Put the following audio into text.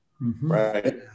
Right